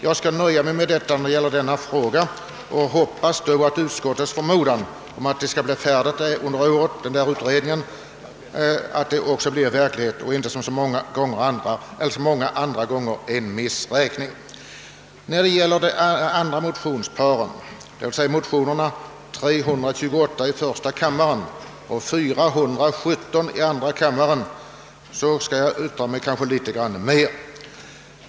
Jag hoppas bara att utskottets förmodan att utredningen skall bli färdig i år kommer att infrias och att vi inte härvidlag får som så många gånger tidigare uppleva en missräkning. Beträffande motionerna I1I:328 och II: 417 skall jag be att få säga litet mera.